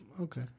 Okay